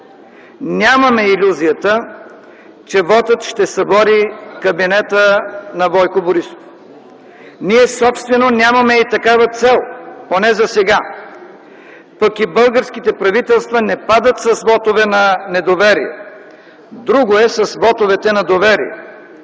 Нямаме илюзията, че вотът ще събори кабинета на Бойко Борисов. Ние собствено нямаме и такава цел, поне засега, пък и българските правителства не падат с вотове на недоверие. Друго е с вотовете на доверие.